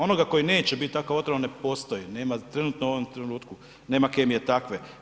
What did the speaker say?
Onoga koji neće biti tako otrovan, ne postoji, nema trenutno u ovom trenutku nema kemije takve.